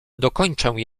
dokończę